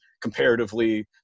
comparatively